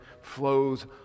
flows